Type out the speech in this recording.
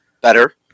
better